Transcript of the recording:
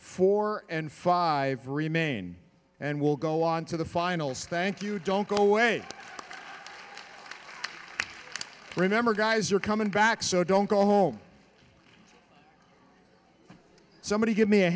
four and five remain and we'll go on to the finals thank you don't go away remember guys are coming back so don't call home somebody give me a